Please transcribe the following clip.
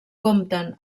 compten